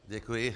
Děkuji.